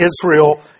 Israel